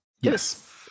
Yes